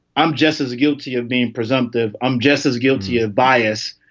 i'm just as guilty of being presumptive. i'm just as guilty of bias.